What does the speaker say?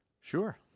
Sure